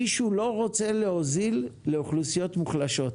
מישהו לא רוצה להוזיל לאוכלוסיות מוחלשות.